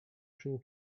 czyni